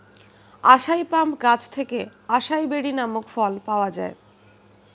আসাই palm গাছ থেকে acai berry নামক ফল পাওয়া যায়